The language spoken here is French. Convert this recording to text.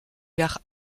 gare